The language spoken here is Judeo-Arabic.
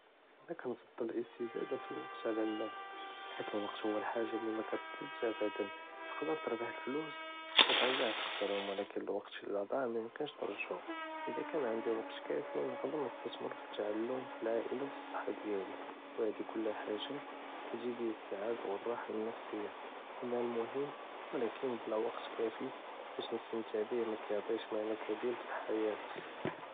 אנא כנפעל אלאסטזאדה אלוואקט עלא אלמאל חית אלוואקט הוא אלחאגה לי מכתפזדש אבדה, תוקדר תרבחה פלוס ותרג'ע תחסרהום ולקין אלוואקט אידה דיע מאיקמקנש תרג'عو, אידה קאן ענדי וואקט קאפי נוקדר נסתמר פי אלתעלם פלעלילה ופצחה דיאלי וهاد' כלה חאגאת כתجيب לי סעדה ואלרחה נפסיה, אלמאל מוחם ולקין בלאוואקט קאפי בש נסתמתע ביה מאקיעטיש מנא קביר פלחאיה.